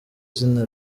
izina